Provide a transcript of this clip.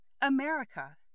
America